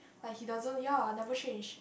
like he doesn't ya never change